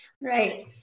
Right